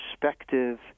perspective